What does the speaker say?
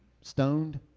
stoned